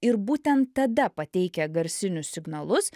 ir būtent tada pateikia garsinius signalus